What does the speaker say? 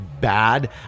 bad